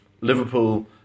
Liverpool